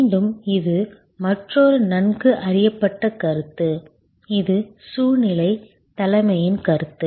மீண்டும் இது மற்றொரு நன்கு அறியப்பட்ட கருத்து இது சூழ்நிலை தலைமையின் கருத்து